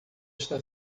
está